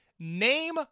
Name